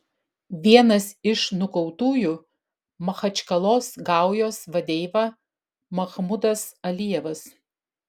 vienas iš nukautųjų machačkalos gaujos vadeiva mahmudas alijevas